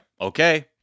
okay